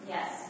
Yes